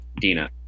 Dina